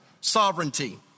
sovereignty